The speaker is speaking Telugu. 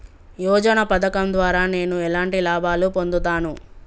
యోజన పథకం ద్వారా నేను ఎలాంటి లాభాలు పొందుతాను?